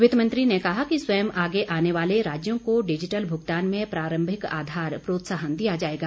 वित्त मंत्री ने कहा कि स्वयं आगे आने वाले राज्यों को डिजिटल भूगतान में प्रारंभिक आधार प्रोत्साहन दिया जायेगा